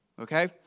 Okay